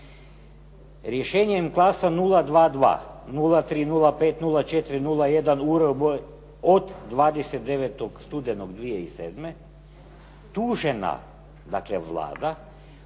"Rješenjem klasa 022, 03, 05, 04, 01 uredbom od 29. studenog 2007. tužena dakle Vlada,